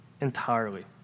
entirely